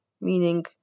meaning